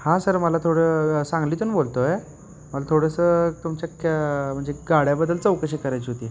हा सर मला थोडं सांगलीतून बोलतो आहे मला थोडंसं तुमच्या कॅ म्हणजे गाड्याबद्दल चौकशी करायची होती